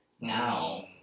now